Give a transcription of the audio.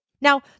Now